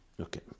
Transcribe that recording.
Okay